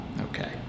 Okay